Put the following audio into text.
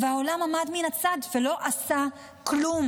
והעולם עמד מן הצד ולא עשה כלום.